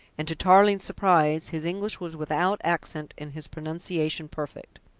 and to tarling's surprise his english was without accent and his pronunciation perfect.